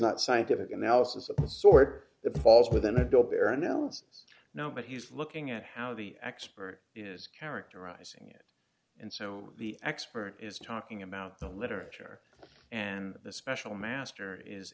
not scientific analysis of the sort that befalls with an adult there are no rules no but he's looking at how the expert is characterizing it and so the expert is talking about the literature and the special